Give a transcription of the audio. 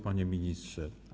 Panie Ministrze!